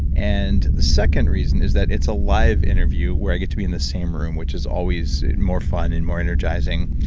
and the second reason is that it's a live interview where i get to be in the same room, which is always more fun and more energizing,